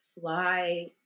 fly